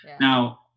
Now